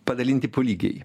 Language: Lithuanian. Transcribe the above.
padalinti po lygiai